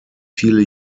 viele